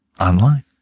online